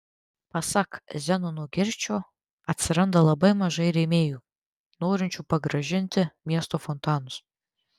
pasak zenono girčio atsiranda labai mažai rėmėjų norinčių pagražinti miesto fontanus